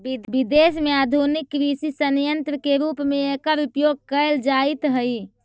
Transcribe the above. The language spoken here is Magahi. विदेश में आधुनिक कृषि सन्यन्त्र के रूप में एकर उपयोग कैल जाइत हई